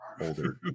older